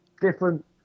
different